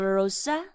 rosa